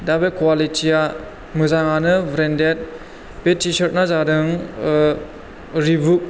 दा बे कवालिटिया मोजांआनो ब्रेन्डेड बे टि सार्टना जादों रिबुक